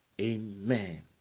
Amen